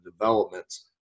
developments